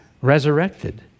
Resurrected